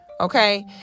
okay